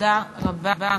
תודה רבה.